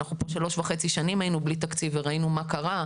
שלוש וחצי שנים היינו בלי תקציב וראינו מה קרה,